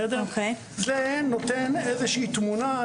זה נותן איזושהי תמונה.